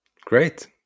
Great